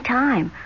time